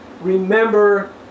remember